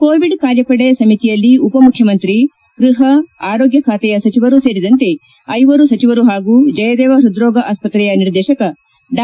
Covid ಕಾರ್ಯಪಡೆ ಸಮಿತಿಯಲ್ಲಿ ಉಪಮುಖ್ಯಮಂತ್ರಿ ಗೃಹ ಆರೋಗ್ಯ ಖಾತೆಯ ಸಚಿವರೂ ಸೇರಿದಂತೆ ಐವರು ಸಚಿವರು ಹಾಗೂ ಜಯದೇವ ಹೃದ್ರೋಗ ಆಸ್ವತ್ರೆಯ ನಿರ್ದೇಶಕ ಡಾ